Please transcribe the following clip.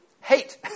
Hate